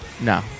No